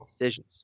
decisions